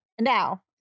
Now